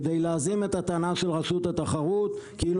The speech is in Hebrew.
כדי להזין את הטענה של רשות התחרות כאילו